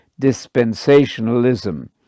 dispensationalism